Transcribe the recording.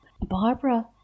Barbara